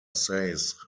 says